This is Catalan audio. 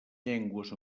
llengües